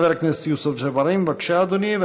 חבר הכנסת יוסף ג'בארין, בבקשה, אדוני.